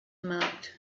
marked